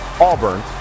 Auburn